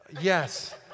Yes